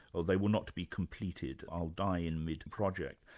or they will not be completed, i'll die in mid-project.